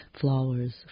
flowers